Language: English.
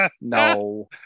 No